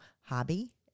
hobby